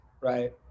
right